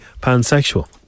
pansexual